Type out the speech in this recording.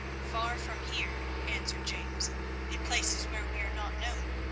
far from here, answered james in places where we are not known.